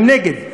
הם נגד,